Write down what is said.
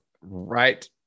right